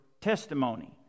testimony